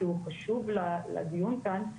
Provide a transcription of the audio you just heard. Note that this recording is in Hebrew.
כי הוא חשוב לדיון כאן,